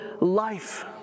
life